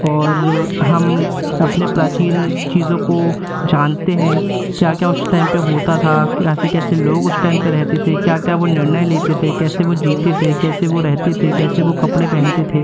और हम अपने प्राचीन चीज़ों को जानते हैं क्या क्या उस टाइम पे होता था कैसे कैसे लोग उस टाइम पे रहते थे क्या क्या वो निर्णय लेते थे कैसे वो जीते थे कैसे वो रहते थे कैसे वो कपड़े पहनते थे